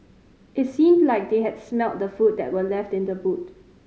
it seemed that they had smelt the food that were left in the boot